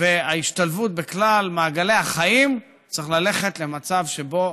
וההשתלבות בכלל מעגלי החיים, צריך ללכת למצב שבו